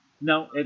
No